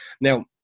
Now